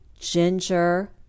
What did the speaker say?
ginger